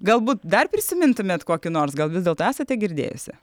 galbūt dar prisimintumėt kokį nors gal vis dėlto esate girdėjusi